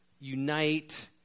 unite